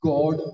God